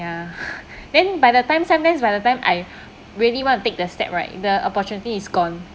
ya then by the time sometimes by the time I really want to take the step right the opportunity is gone